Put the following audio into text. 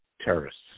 terrorists